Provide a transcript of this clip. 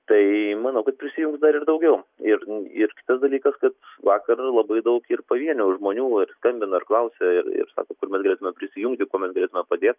tai manau kad prisijungs dar ir daugiau ir ir kitas dalykas kad vakar labai daug ir pavienių žmonių ir skambino ir klausė ir ir kur mes galėtume prisijungti kuo mes galėtume padėt